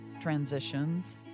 transitions